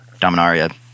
Dominaria